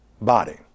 body